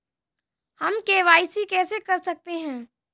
हम के.वाई.सी कैसे कर सकते हैं?